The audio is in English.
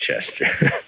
Chester